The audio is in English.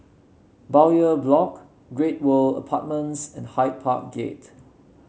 Bowyer Block Great World Apartments and Hyde Park Gate